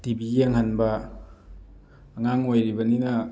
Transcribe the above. TV ꯌꯦꯡꯍꯟꯕ ꯑꯉꯥꯡ ꯑꯣꯏꯔꯤꯕꯅꯤꯅ